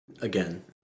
again